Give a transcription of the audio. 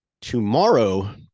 Tomorrow